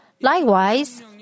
Likewise